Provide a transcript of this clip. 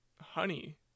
honey